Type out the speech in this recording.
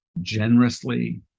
generously